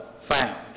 found